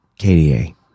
KDA